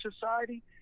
Society